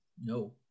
No